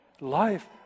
life